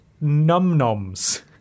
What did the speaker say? num-noms